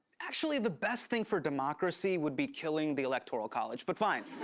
actually, the best thing for democracy would be killing the electoral college, but fine,